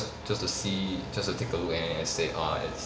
just to see just to take a look and say uh it's